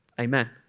Amen